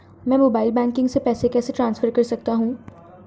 मैं mobile banking से पैसे कैसे ट्रांसफर कर सकता हूं?